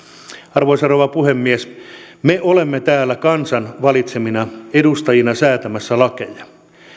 arvoisa rouva puhemies me olemme täällä kansan valitsemina edustajina säätämässä lakeja